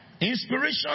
Inspiration